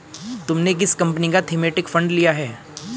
तुमने किस कंपनी का थीमेटिक फंड लिया है?